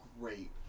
great